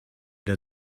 der